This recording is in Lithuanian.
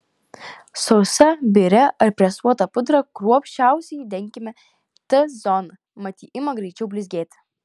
sausa biria ar presuota pudra kruopščiausiai denkime t zoną mat ji ima greičiau blizgėti